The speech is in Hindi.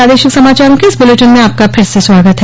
प्रादेशिक समाचारों के इस बुलेटिन में आपका फिर से स्वागत है